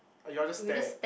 or you all just stare at